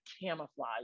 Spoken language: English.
camouflage